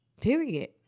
Period